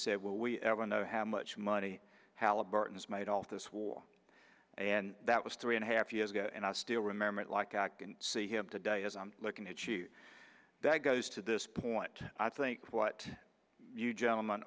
said well we ever know how much money halliburton is made off this war and that was three and a half years ago and i still remember it like i see him today as i'm looking at you that goes to this point i think what you gentleman